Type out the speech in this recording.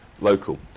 local